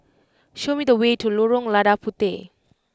show me the way to Lorong Lada Puteh